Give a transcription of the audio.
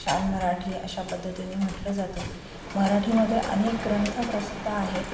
छान मराठी अशा पद्धतीनी म्हटलं जातं मराठीमध्ये अनेक ग्रंथ प्रसिद्ध आहेत